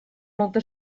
molta